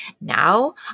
Now